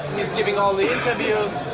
he's giving all the interviews.